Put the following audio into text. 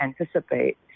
anticipate